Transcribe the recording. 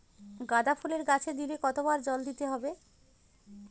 গাদা ফুলের গাছে দিনে কতবার জল দিতে হবে?